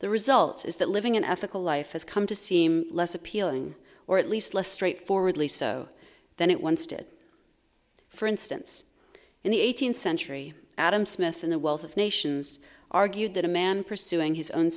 the result is that living an ethical life has come to seem less appealing or at least less straightforwardly so than it once did for instance in the eighteenth century adam smith in the wealth of nations argued that a man pursuing his own